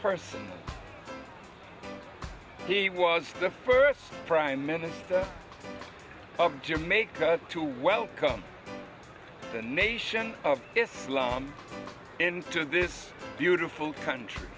personally he was the first prime minister of jamaica to welcome the nation of islam to this beautiful country